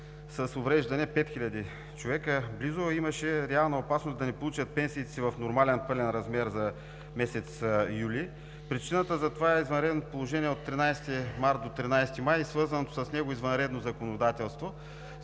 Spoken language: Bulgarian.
с увреждания – пет хиляди човека близо, имаше реална опасност да не получат пенсиите си в нормален пълен размер за месец юли. Причината за това е извънредното положение от 13 март до 13 май и свързаното с него извънредно законодателство.